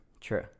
True